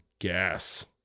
gas